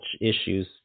issues